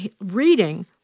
reading